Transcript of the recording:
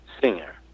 singer